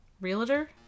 realtor